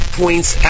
points